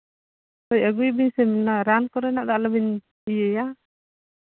ᱦᱳᱭ ᱟᱹᱜᱩᱭ ᱵᱮᱱ ᱥᱮ ᱚᱱᱟ ᱨᱟᱱ ᱠᱚᱨᱮᱱᱟᱜ ᱫᱚ ᱟᱞᱚᱵᱤᱱ ᱤᱭᱟᱹᱭᱟ